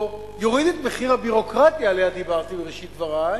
או יוריד את מחיר הביורוקרטיה שעליה דיברתי בראשית דברי,